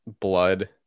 blood